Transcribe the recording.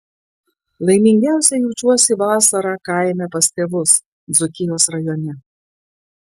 laimingiausia jaučiuosi vasarą kaime pas tėvus dzūkijos rajone